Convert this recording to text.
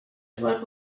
about